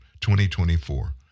2024